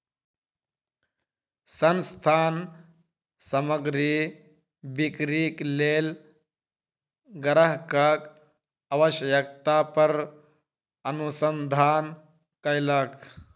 संस्थान सामग्री बिक्रीक लेल ग्राहकक आवश्यकता पर अनुसंधान कयलक